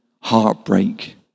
heartbreak